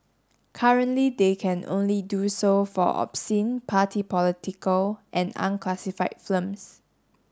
currently they can only do so for obscene party political and unclassified films